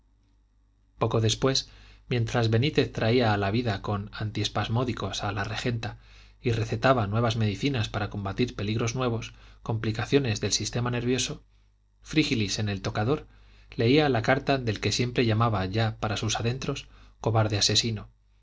poco después mientras benítez traía a la vida con antiespasmódicos a la regenta y recetaba nuevas medicinas para combatir peligros nuevos complicaciones del sistema nervioso frígilis en el tocador leía la carta del que siempre llamaba ya para sus adentros cobarde asesino